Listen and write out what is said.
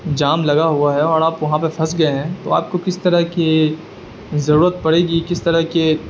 جام لگا ہوا ہے اور آپ وہاں پہ پھنس گئے ہیں تو آپ کو کس طرح کی ضرورت پڑے گی کس طرح کے